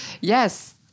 Yes